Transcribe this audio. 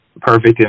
Perfect